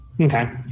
Okay